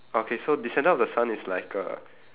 okay so descendant of the sun is like a